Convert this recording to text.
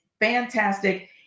fantastic